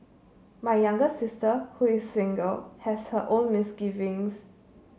my younger sister who is single has her own misgivings